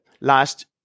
last